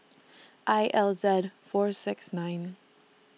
I L Z four six nine